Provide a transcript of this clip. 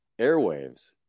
airwaves